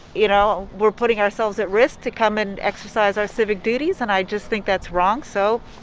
you know, we're putting ourselves at risk to come and exercise our civic duties. and i just think that's wrong. so